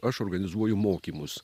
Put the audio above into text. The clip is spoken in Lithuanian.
aš organizuoju mokymus